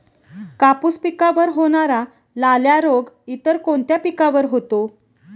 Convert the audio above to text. कापूस पिकावर होणारा लाल्या रोग इतर कोणत्या पिकावर होतो?